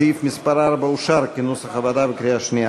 סעיף מס' 4 אושר, כנוסח הוועדה, בקריאה שנייה.